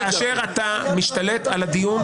כאשר אתה משתלט על הדיון.